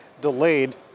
delayed